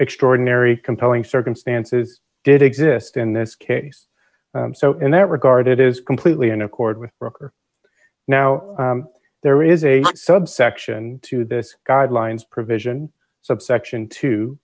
extraordinary compelling circumstances did exist in this case so in that regard it is completely in accord with broker now there is a subsection to the guidelines provision subsection t